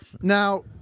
Now